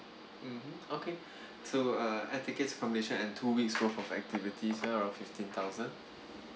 mmhmm okay so uh air tickets accommodation and two weeks worth of activities around fifteen thousand